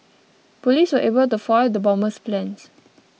police were able to foil the bomber's plans